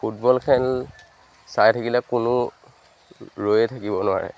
football খেল চাই থাকিলে কোনো ৰৈয়ে থাকিব নোৱাৰে